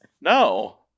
No